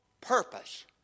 purpose